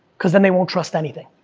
cause then, they won't trust anything,